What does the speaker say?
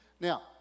Now